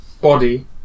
body